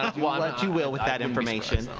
what you will with that information.